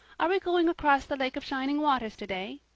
are we going across the lake of shining waters today?